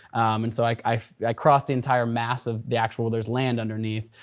and so like i yeah crossed the entire mass of the actual, there's land underneath,